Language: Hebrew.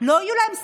יש עוד עשר שניות.